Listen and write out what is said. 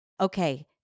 Okay